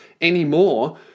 anymore